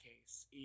case